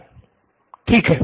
नितिन ठीक है